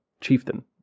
Chieftain